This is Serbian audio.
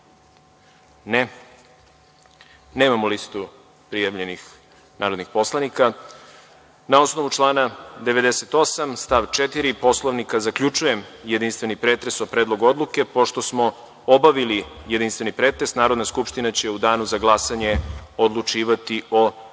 (Ne)Nemamo listu prijavljenih narodnih poslanika. Na osnovu člana 98. stav 4. Poslovnika zaključujem jedinstveni pretres o Predlogu odluke. Pošto smo obavili jedinstveni pretres, Narodna skupština će u Danu za glasanje odlučivati o Predlogu